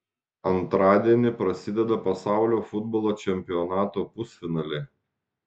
antradienį prasideda pasaulio futbolo čempionato pusfinaliai